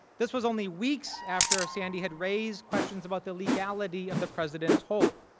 this was only weeks after sandy had raised questions about the legality of the president hold.